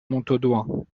montaudoin